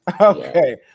Okay